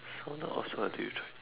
spout until you try